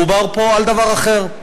מדובר פה על דבר אחר.